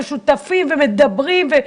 שותפים ומדברים.